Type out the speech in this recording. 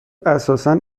اساسا